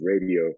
radio